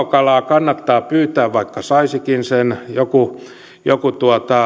kalaa kannattaa pyytää vaikka saisikin sen joku joku